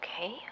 Okay